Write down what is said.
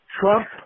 Trump